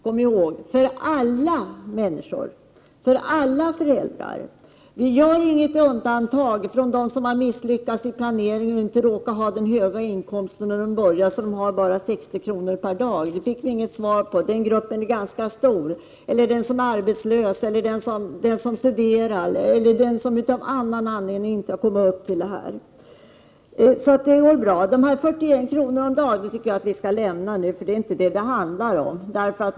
Kom ihåg att vårt förslag gäller alla föräldrar. Vi gör inget undantag för dem som har misslyckats i sin planering och således inte har så hög inkomst. Jag tänker på dem som bara får 60 kr. per dag. Vi fick inget svar på den i det sammanhanget ställda frågan. Den här gruppen är dessutom ganska stor. Det kan vara arbetslösa, studerande eller andra som av någon anledning inte har så hög inkomst. Frågan om 41 kr. om dagen tycker jag att vi skall lämna nu. Det är ju inte det som det handlar om.